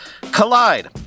Collide